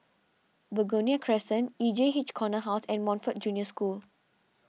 Begonia Crescent E J H Corner House and Montfort Junior School